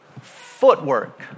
footwork